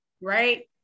right